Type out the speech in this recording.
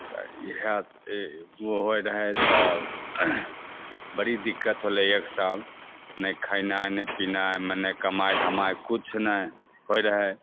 तऽ इहए होय रहै तऽ बड़ी दिक्कत होलै एक साल नहि खेनाय नहि पीनाय नहि कमाय धमाय किछु नहि होय रहै